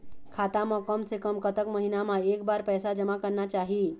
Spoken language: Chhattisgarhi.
खाता मा कम से कम कतक महीना मा एक बार पैसा जमा करना चाही?